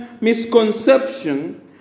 misconception